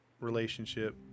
relationship